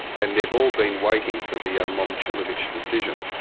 and they've all been waiting for the ah momcilovic decision.